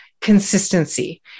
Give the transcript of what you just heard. consistency